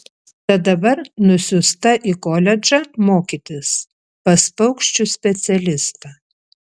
tad dabar nusiųsta į koledžą mokytis pas paukščių specialistą